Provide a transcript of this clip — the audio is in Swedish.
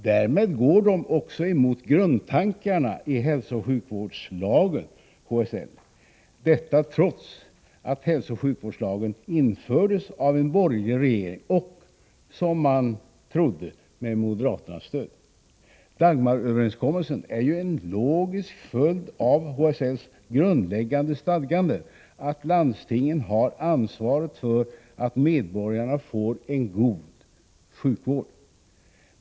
Därmed går de också emot grundtankarna i hälsooch sjukvårdslagen , detta trots att hälsooch sjukvårdslagen infördes av en borgerlig regering och, som man trodde, med moderaternas stöd. Dagmaröverenskommelsen är en logisk följd av HSL:s grundläggande stadgande att landstingen har ansvaret för att medborgarna får en god sjukvård.